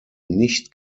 nicht